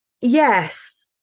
yes